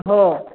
हो